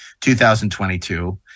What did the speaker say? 2022